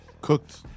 cooked